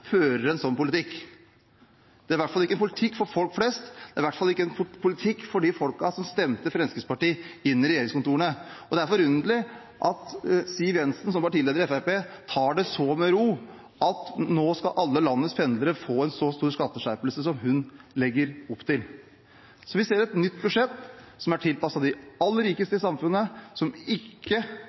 fører en sånn politikk. Det er i hvert fall ikke en politikk for folk flest, det er i hvert fall ikke en politikk for de folkene som stemte Fremskrittspartiet inn i regjeringskontorene, og det er forunderlig at Siv Jensen som partileder i Fremskrittspartiet tar det så med ro at alle landets pendlere nå skal få en så stor skatteskjerpelse som hun legger opp til. Vi ser et nytt budsjett som er tilpasset de aller rikeste i samfunnet, som ikke